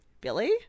Billy